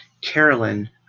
Carolyn